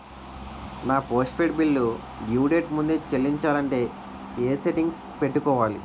నా postpaid bill due date ముందే చెల్లించాలంటే ఎ సెట్టింగ్స్ పెట్టుకోవాలి?